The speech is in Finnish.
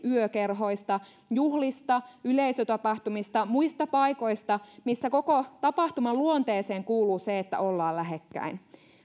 yökerhoista juhlista yleisötapahtumista muista paikoista missä koko tapahtuman luonteeseen kuuluu se että ollaan lähekkäin